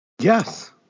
Yes